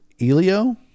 Elio